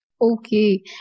Okay